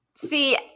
See